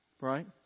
right